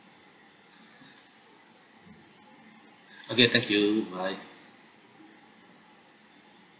okay thank you bye